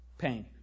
pain